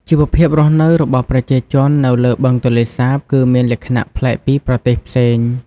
ជីវភាពរស់នៅរបស់ប្រជាជននៅលើបឹងទន្លេសាបគឺមានលក្ខណៈផ្លែកពីប្រទេសផ្សេង។